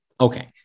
Okay